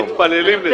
אנחנו מתפללים לזה.